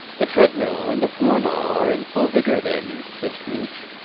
the treadmill and the poor law are in full vigour, then? said scrooge.